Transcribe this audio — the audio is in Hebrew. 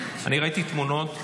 אני ראיתי תמונות.